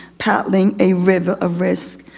paddling a river of risk.